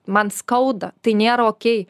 man skauda tai nėra okei